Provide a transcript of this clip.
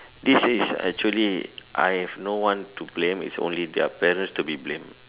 this is actually I have no one to blame it's only their parents to be blame